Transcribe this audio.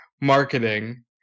marketing